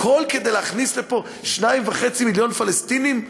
הכול כדי להכניס לפה 2.5 מיליון פלסטינים?